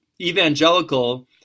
Evangelical